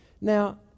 Now